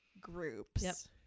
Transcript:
groups